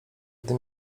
gdy